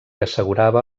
assegurava